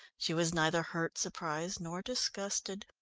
she was neither hurt, surprised, nor disgusted.